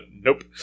nope